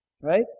right